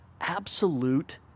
absolute